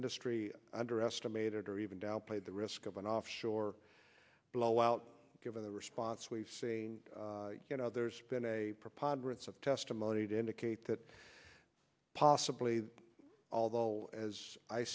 industry underestimated or even downplayed the risk of an offshore blowout given the response we've seen you know there's been a preponderance of testimony to indicate that possibly although as i